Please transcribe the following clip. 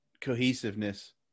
cohesiveness